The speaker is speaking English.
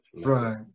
right